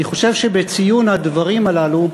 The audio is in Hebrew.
אני חושב שבציון הדברים הללו,